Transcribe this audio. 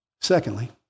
Secondly